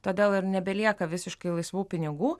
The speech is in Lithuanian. todėl ir nebelieka visiškai laisvų pinigų